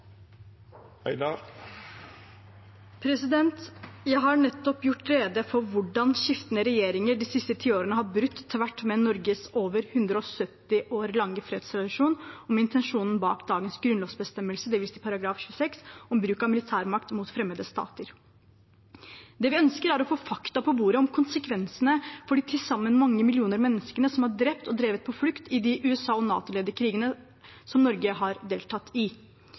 Jeg har nettopp gjort rede for hvordan skiftende regjeringer de siste ti årene har brutt tvert med Norges over 170 år lange fredstradisjon og intensjonen bak dagens grunnlovsbestemmelse, dvs. § 26, om bruk av militærmakt mot fremmede stater. Det vi ønsker, er å få fakta på bordet om konsekvensene for de til sammen mange millioner menneskene som er drept og drevet på flukt i de USA- og NATO-ledede krigene som Norge har deltatt i,